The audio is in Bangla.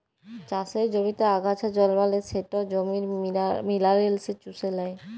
চাষের জমিতে আগাছা জল্মালে সেট জমির মিলারেলস চুষে লেই